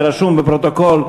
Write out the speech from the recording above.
ורשום בפרוטוקול,